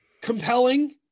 compelling